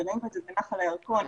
וראינו את זה בנחל הירקון.